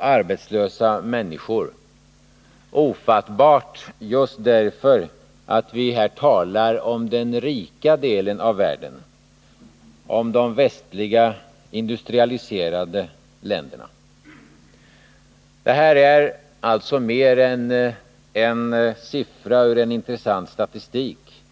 arbetslösa människor — ofattbar just därför att vi här talar om den rika delen av världen, de västliga industrialiserade länderna. Det här är alltså mer än en siffra ur en intressant statistik.